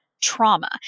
trauma